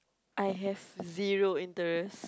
I have zero interest